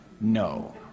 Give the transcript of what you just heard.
No